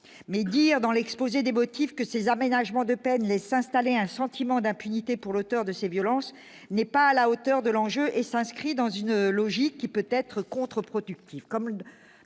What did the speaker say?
mais dire dans l'exposé des motifs que ces aménagements de peine laisse installer un sentiment d'impunité pour l'auteur de ces violences n'est pas à la hauteur de l'enjeu et s'inscrit dans une logique qui peut être contre-productif,